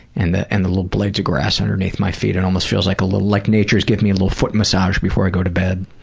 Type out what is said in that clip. and the and the little blades of grass underneath my feet, it and almost feels like a little like nature is giving me a little foot massage before i go to bed.